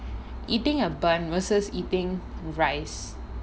eating a bun versus eating rice